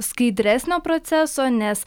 skaidresnio proceso nes